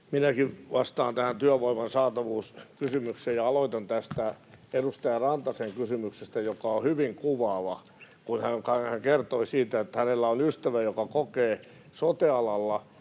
Minäkin vastaan tähän kysymykseen työvoiman saatavuudesta, ja aloitan tästä edustaja Rantasen kysymyksestä, joka on hyvin kuvaava, kun hän kertoi, että hänellä on ystävä, joka kokee sote-alalla